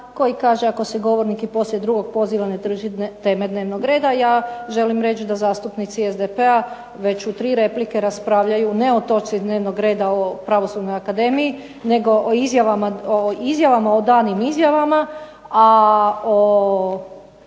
koji kaže ako se govornik i poslije drugog poziva ne drži teme dnevnog reda, ja želim reći da zastupnici SDP-a već u tri replike raspravljaju ne o točci dnevnog reda o Pravosudnoj akademiji, nego o izjavama o danim izjavama, a o